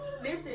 Listen